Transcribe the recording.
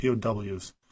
POWs